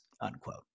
unquote